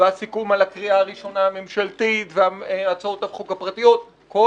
והסיכום על הקריאה הראשונה הממשלתית והצעות החוק הפרטיות כל